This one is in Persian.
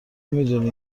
میدونی